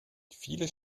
viele